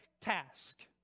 task